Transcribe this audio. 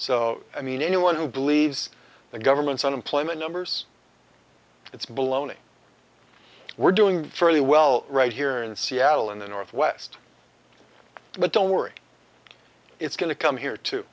so i mean anyone who believes the government's unemployment numbers it's baloney we're doing fairly well right here in seattle in the northwest but don't worry it's going to come here to